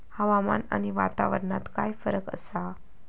हवामान आणि वातावरणात काय फरक असा?